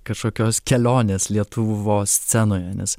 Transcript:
kažkokios kelionės lietuvos scenoje nes